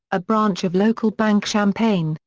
a branch of local bankchampaign,